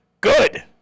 good